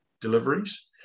deliveries